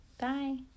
Bye